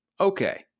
Okay